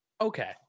okay